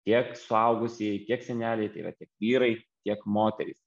tiek suaugusieji tiek seneliai tai yra tiek vyrai tiek moterys